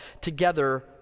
together